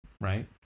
right